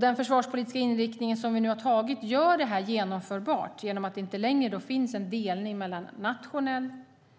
Den försvarspolitiska inriktning som vi nu har antagit gör det här genomförbart genom att det inte längre finns en delning mellan nationell